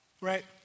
right